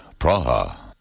Praha